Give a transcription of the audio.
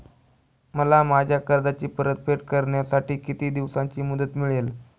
मला माझ्या कर्जाची परतफेड करण्यासाठी किती दिवसांची मुदत मिळेल?